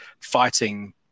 fighting